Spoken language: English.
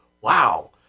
wow